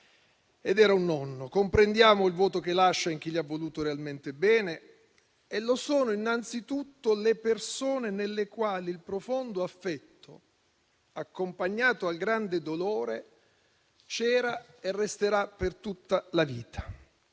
ed era un nonno. Comprendiamo il vuoto che lascia in chi gli ha voluto realmente bene, innanzitutto le persone nelle quali il profondo affetto, accompagnato al grande dolore, c'era e resterà per tutta la vita.